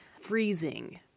freezing